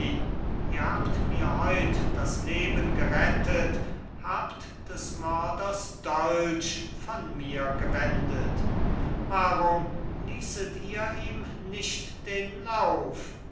ihr habt mir heut das leben gerettet habt des mörders dolch von mir gewendet warum ließet ihr ihm nicht den lauf